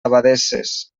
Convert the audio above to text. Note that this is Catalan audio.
abadesses